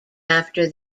after